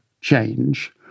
change